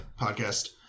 podcast